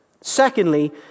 Secondly